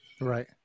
Right